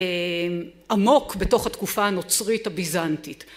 עמוק בתוך התקופה הנוצרית הביזנטית